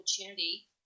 opportunity